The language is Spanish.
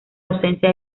ausencia